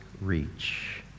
reach